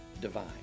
divine